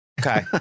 Okay